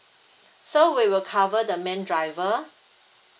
so we will cover the main driver